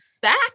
back